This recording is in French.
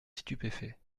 stupéfait